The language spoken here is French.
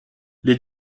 les